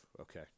okay